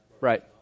Right